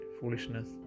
foolishness